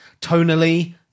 tonally